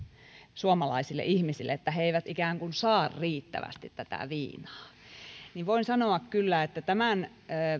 suomalaisille ihmisille että he eivät ikään kuin saa riittävästi viinaa niin voin sanoa kyllä että tämän